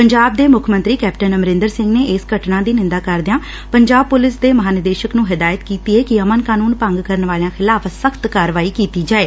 ਪੰਜਾਬ ਦੇ ਮੁੱਖ ਮੰਤਰੀ ਕੈਪਟਨ ਅਮਰਿੰਦਰ ਸਿੰਘ ਨੇ ਇਸ ਘਟਨਾ ਦੀ ਨਿੰਦਾ ਕਰਦਿਆਂ ਪੰਜਾਬ ਪੁਲਿਸ ਦੇ ਮਹਾਨਿਦੇਸ਼ਕ ਨੂੰ ਹਦਾਇਤ ਕੀਤੀ ਕਿ ਅਮਨ ਕਾਨੂੰਨ ਭੰਗ ਕਰਨ ਵਾਲਿਆਂ ਖਿਲਾਫ ਸਖਤ ਕਾਰਵਾਈ ਕੀਤੀ ਜਾਏ